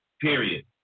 period